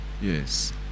Yes